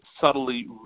subtly